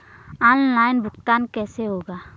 Online भुगतान कैसे होगा?